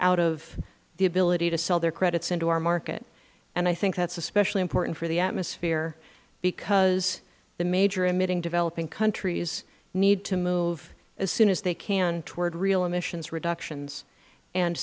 out of the ability to sell their credits into our market and i think that is especially important for the atmosphere because the major emitting developing countries need to move as soon as they can toward real emissions reductions and